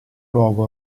luogo